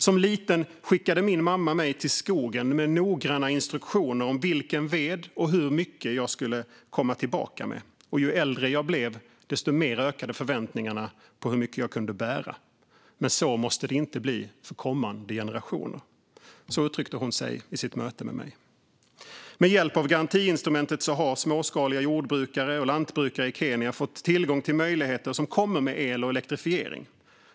"Som liten skickade min mamma mig till skogen med noggranna instruktioner om vilken ved och hur mycket jag skulle komma tillbaka med. Ju äldre jag blev, desto mer ökade förväntningarna på hur mycket jag kunde bära. Men så måste det inte bli för kommande generationer." Så uttryckte hon sig vid sitt möte med mig. Med hjälp av garantiinstrumentet har småskaliga jordbrukare och lantbrukare i Kenya fått möjligheter som kommer med el och elektrifiering.